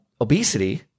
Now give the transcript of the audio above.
Obesity